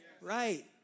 Right